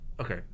Okay